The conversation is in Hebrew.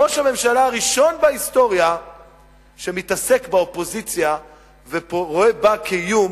ראש הממשלה הראשון בהיסטוריה שמתעסק באופוזיציה ורואה בה איום,